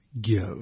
Give